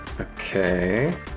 okay